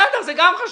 בסדר, זה גם חשוב.